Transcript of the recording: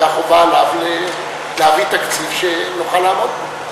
וחובה עליו להביא תקציב שנוכל לעמוד בו.